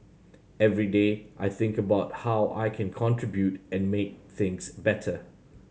every day I think about how I can contribute and make things better